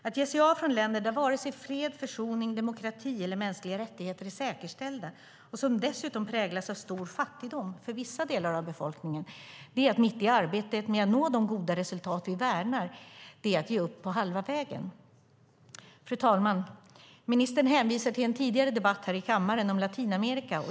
Att ge sig av från länder där varken fred, försoning, demokrati eller mänskliga rättigheter är säkerställda och som dessutom präglas av stor fattigdom för vissa delar av befolkningen är att under arbetet med att nå de goda resultat vi värnar ge upp på halva vägen. Fru talman! Ministern hänvisar till en tidigare debatt i kammaren om Latinamerika.